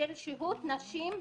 של שהות נשים במקלטים.